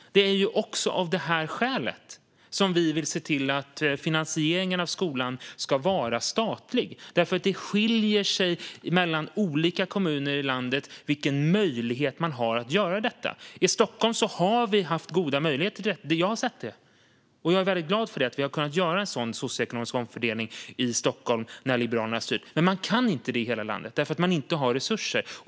Det är också av detta skäl, herr ålderspresident, som vi vill att finansieringen av skolan ska vara statlig, för det skiljer sig mellan olika kommuner i landet när det gäller vilken möjlighet man har att göra detta. I Stockholm har vi haft goda möjligheter. Jag har sett det, och jag är väldigt glad för att vi har kunnat göra en sådan socioekonomisk omfördelning i Stockholm när Liberalerna har styrt. Men man kan inte göra det i hela landet därför att man inte har resurser.